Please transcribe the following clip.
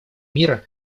мира